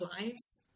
lives